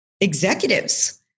executives